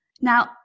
Now